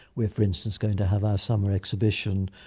we're for instance going to have our summer exhibition,